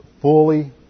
fully